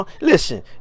Listen